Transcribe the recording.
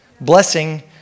blessing